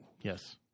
Yes